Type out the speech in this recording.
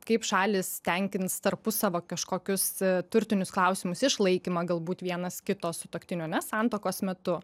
kaip šalys tenkins tarpusavio kažkokius turtinius klausimus išlaikymą galbūt vienas kito sutuoktinio ne santuokos metu